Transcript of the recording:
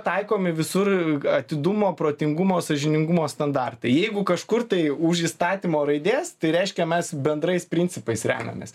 taikomi visur atidumo protingumo sąžiningumo standartai jeigu kažkur tai už įstatymo raidės tai reiškia mes bendrais principais remiamės